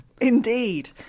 Indeed